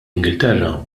ingilterra